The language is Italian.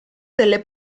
delle